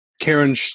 Karen